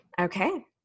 Okay